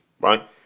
right